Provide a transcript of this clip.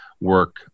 work